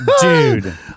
Dude